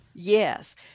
Yes